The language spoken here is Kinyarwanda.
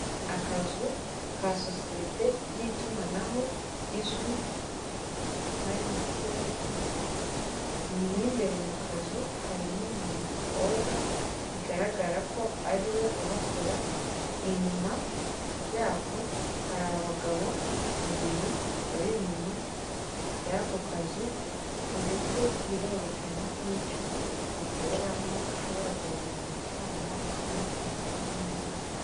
Akazu ka sosiyete y'itumanaho izwi nka emutiyene mo imbere mu kazu harimo umukobwa bigaragara ko ariwe uhakora, inyuma yako hari abagabo babiri bari inyuma y'ako kazu ndetse birerekana n'icyo bakoreramo, ko ushobora kohereza amafaranga, ukabikuza n'ibindi.